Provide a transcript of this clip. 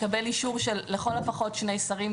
מקבל אישור של לכל הפחות שני שרים,